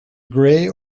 gray